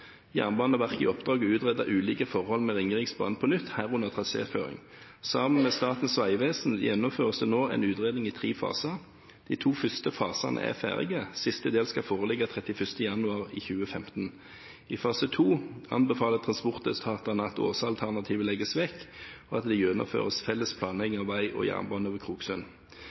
Jernbaneverket i oppdrag å utrede ulike forhold med Ringeriksbanen på nytt, herunder traséføring. Sammen med Statens vegvesen gjennomføres det nå en utredning i tre faser. De to første fasene er ferdige. Siste del skal foreligge 31. januar 2015. I fase to anbefaler transportetatene at Åsa-alternativet legges vekk, og at det gjennomføres felles planlegging av vei og jernbane over Kroksund.